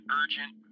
urgent